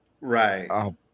Right